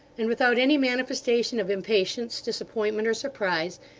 and, without any manifestation of impatience, disappointment, or surprise,